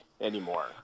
anymore